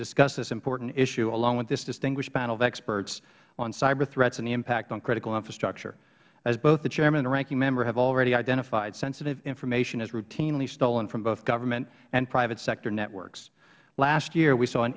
discuss this important issue along with this distinguished panel of experts on cyber threats and the impact on critical infrastructure as both the chairman and ranking member have already identified sensitive information is routinely stolen from both government and private sector networks last year we saw an